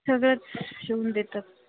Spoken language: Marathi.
सगळंच शिवून देतात